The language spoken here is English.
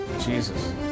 Jesus